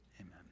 amen